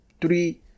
three